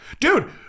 dude